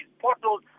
portals